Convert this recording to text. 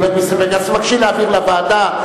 אז תבקשי להעביר לוועדה,